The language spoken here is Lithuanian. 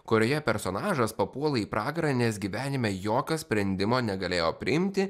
kurioje personažas papuola į pragarą nes gyvenime jokio sprendimo negalėjo priimti